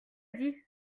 dit